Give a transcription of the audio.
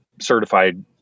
certified